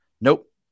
Nope